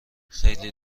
خیلی